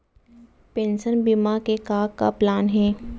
Pension बीमा के का का प्लान हे?